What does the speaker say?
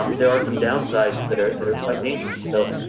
um there are some downsides that are that are quite dangerous. so